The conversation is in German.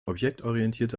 objektorientierte